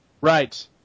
right